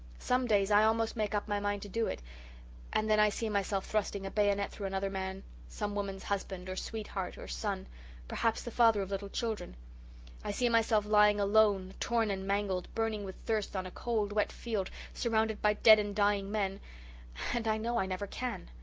some days i almost make up my mind to do it and then i see myself thrusting a bayonet through another man some woman's husband or sweetheart or son perhaps the father of little children i see myself lying alone torn and mangled, burning with thirst on a cold, wet field, surrounded by dead and dying men and i know i never can.